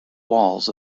walls